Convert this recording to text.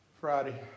Friday